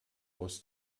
aus